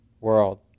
world